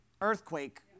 earthquake